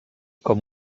com